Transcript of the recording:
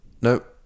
Nope